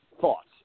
thoughts